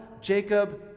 Jacob